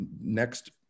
next